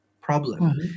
problem